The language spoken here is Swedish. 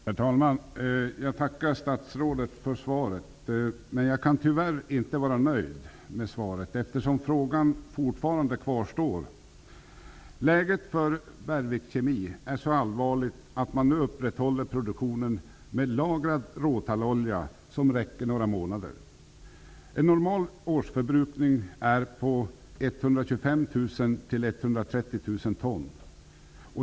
Herr talman! Jag tackar statsrådet för svaret, men jag kan tyvärr inte vara nöjd eftersom frågan fortfarande kvarstår. Läget för Bergvik Kemi är så allvarligt att man nu upprätthåller produktionen med lagrad råtallolja, som räcker några månader. En normal årsförbrukning är på 125 000--130 000 ton.